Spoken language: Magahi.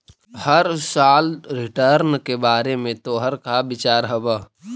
हर साल रिटर्न के बारे में तोहर का विचार हवऽ?